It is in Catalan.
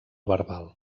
verbal